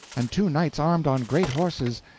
and two knights armed on great horses,